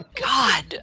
God